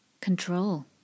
control